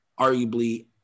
arguably